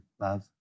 love